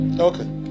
Okay